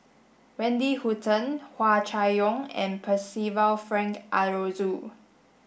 Wendy Hutton Hua Chai Yong and Percival Frank Aroozoo